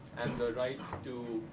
and the right to